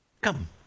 Come